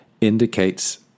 indicates